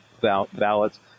ballots